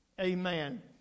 Amen